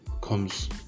comes